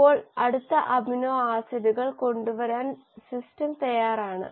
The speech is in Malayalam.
ഇപ്പോൾ അടുത്ത അമിനോ ആസിഡുകൾ കൊണ്ടുവരാൻ സിസ്റ്റം തയ്യാറാണ്